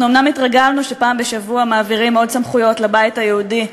אנחנו אומנם התרגלנו שפעם בשבוע מעבירים עוד סמכויות לבית היהודי,